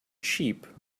cheap